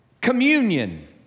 communion